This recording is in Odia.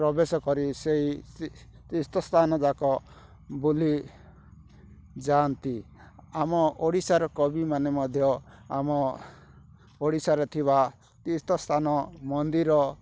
ପ୍ରବେଶ କରି ସେଇ ତୀର୍ଥସ୍ଥାନ ଯାକ ବୁଲି ଯାଆନ୍ତି ଆମ ଓଡ଼ିଶାର କବିମାନେ ମଧ୍ୟ ଆମ ଓଡ଼ିଶାରେ ଥିବା ତୀର୍ଥସ୍ଥାନ ମନ୍ଦିର